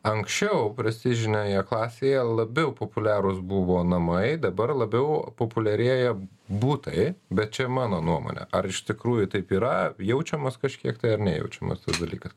anksčiau prestižinėje klasėje labiau populiarūs buvo namai dabar labiau populiarėja butai bet čia mano nuomone ar iš tikrųjų taip yra jaučiamas kažkiek tai ar nejaučiamas tas dalykas